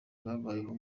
babayeho